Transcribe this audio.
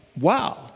wow